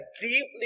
deeply